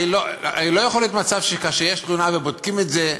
הרי לא יכול להיות מצב שכאשר יש תלונה ובודקים את זה,